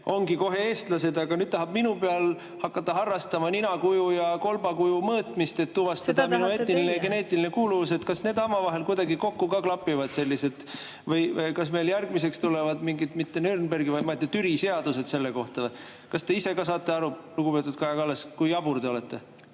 ongi kohe eestlased, aga nüüd ta tahab minu peal hakata harrastama nina kuju ja kolba kuju mõõtmist, et tuvastada ... Seda tahate teie. ... minu eetiline ja geneetiline kuuluvus. Kas need omavahel kuidagi kokku ka klapivad selliselt või kas meil järgmiseks tulevad mingid mitte Nürnbergi, vaid Türi seadused selle kohta? Kas te ise ka saate aru, lugupeetud Kaja Kallas, kui jabur te olete?